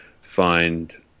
find